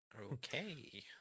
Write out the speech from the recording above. Okay